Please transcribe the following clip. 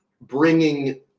bringing